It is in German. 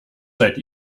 seid